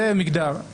זה מגדר.